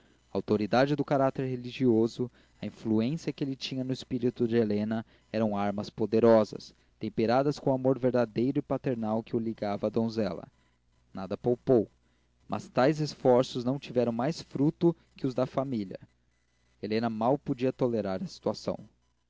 autoridade do caráter religioso a influência que ele tinha no espírito de helena eram armas poderosas temperadas com o amor verdadeiro e paternal que o ligava à donzela nada poupou mas tais esforços não tiveram mais fruto que os da família helena mal podia tolerar a situação